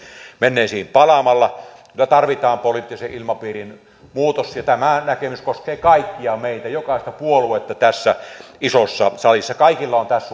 menneisiin palaamalla tarvitaan poliittisen ilmapiirin muutos ja tämä näkemys koskee kaikkia meitä jokaista puoluetta tässä isossa salissa kaikilla on tässä